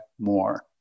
more